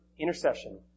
intercession